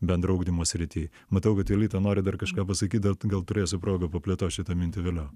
bendro ugdymo srity matau kad jolita nori dar kažką pasakyt dar gal turėsiu progą paplėtot šitą mintį vėliau